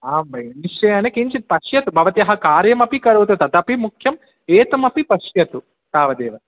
आं भगिनी निश्चयेन किञ्चित् पश्यतु भवत्याः कार्यमपि करोतु तदपि मुख्यम् एतमपि पश्यतु तावदेव